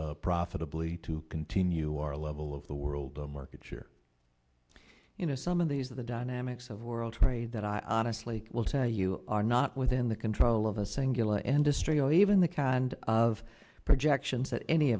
profitably to continue our level of the world market share you know some of these are the dynamics of world trade that i honestly will tell you are not within the control of a singular and history or even the kind of projections that any